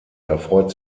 erfreut